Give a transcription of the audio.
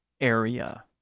area